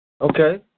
Okay